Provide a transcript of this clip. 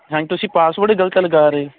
ਹਾਂਜੀ ਤੁਸੀਂ ਪਾਸਵਰਡ ਗਲਤ ਲਗਾ ਰਹੇ